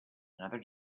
another